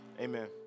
Amen